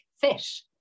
fish